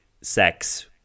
sex